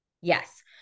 Yes